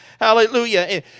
Hallelujah